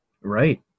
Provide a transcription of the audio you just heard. Right